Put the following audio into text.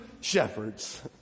shepherds